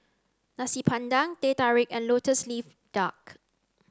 Nasi Padang Teh Tarik and lotus leaf duck